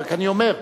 אני אומר,